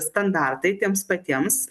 standartai tiems patiems